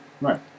Right